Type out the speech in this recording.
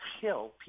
kill